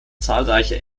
zahlreiche